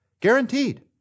Guaranteed